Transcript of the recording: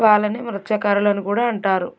వాళ్ళని మత్స్యకారులని కూడా అంటారు